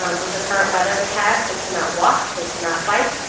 um with the current weather we have, they cannot walk, they cannot bike.